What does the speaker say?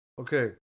okay